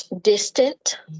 distant